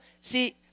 See